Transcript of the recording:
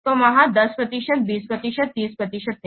तो वहाँ 10 प्रतिशत 20 प्रतिशत 30 प्रतिशत थे